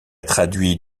traduit